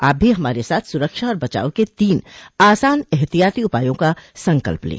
आप भी हमारे साथ सुरक्षा और बचाव के तीन आसान एहतियाती उपायों का संकल्प लें